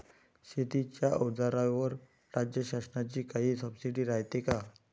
शेतीच्या अवजाराईवर राज्य शासनाची काई सबसीडी रायते का?